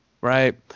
right